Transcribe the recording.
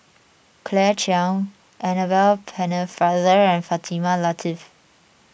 Claire Chiang Annabel Pennefather and Fatimah Lateef